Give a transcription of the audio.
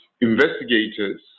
investigators